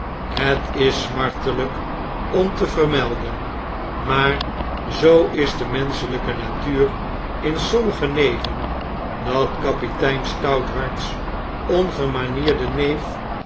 het is smartelp om te vermelden maar zoo is de menschelijke natuur in sommige neven datkapitein stouthart's ongemanierde neef